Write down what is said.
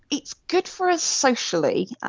it's good for us socially,